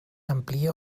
amplia